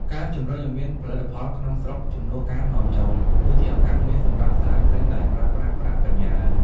ការជម្រុញឱ្យមាន "ផលិតផលក្នុងស្រុកជំនួសការនាំចូល" គឺជាឱកាសមាសសម្រាប់សហគ្រិនដែលប្រើប្រាស់ប្រាក់បញ្ញើ។